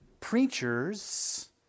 preachers